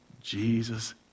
Jesus